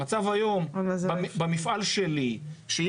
המפעל שלי יהיה לא רווחי.